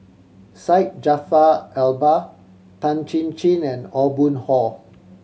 Syed Jaafar Albar Tan Chin Chin and Aw Boon Haw